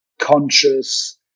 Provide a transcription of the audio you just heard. conscious